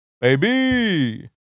Baby